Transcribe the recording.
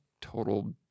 total